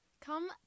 come